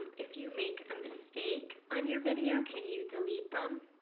if you make a mistake on your video, can you delete them?